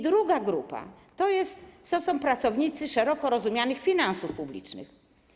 Druga grupa to są pracownicy szeroko rozumianych finansów publicznych.